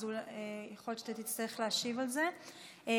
אז יכול להיות שתצטרך להשיב על זה,